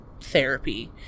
therapy